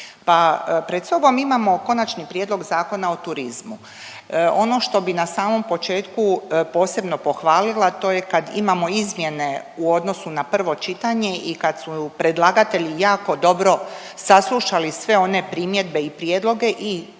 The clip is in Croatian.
pred sobom imamo Konačni prijedlog Zakona o turizmu. Ono što bi na samom početku posebno pohvalila to je kad imamo izmjene u odnosu na prvo čitanje i kad su predlagatelji jako dobro saslušali sve one primjedbe i prijedloge i